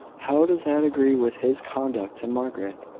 how does that agree with his conduct to margaret?